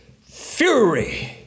fury